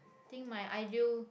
think my ideal